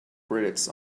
credits